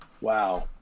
wow